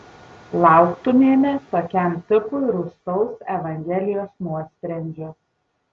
lauktumėme tokiam tipui rūstaus evangelijos nuosprendžio